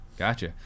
Gotcha